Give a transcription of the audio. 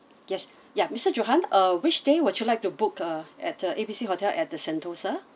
yes ya mister johan uh which day would you like to book uh at uh A B C hotel at the sentosa